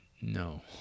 No